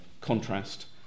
Contrast